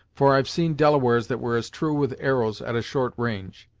for i've seen delawares that were as true with arrows, at a short range.